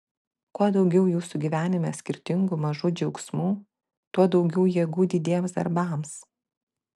kuo daugiau jūsų gyvenime skirtingų mažų džiaugsmų tuo daugiau jėgų didiems darbams